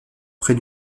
près